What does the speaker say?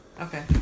okay